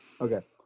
Okay